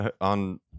on